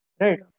right